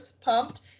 pumped